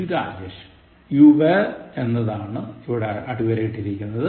You were എന്നതാണ് ഇവിടെ അടിയരയിട്ടിരിക്കുന്നത്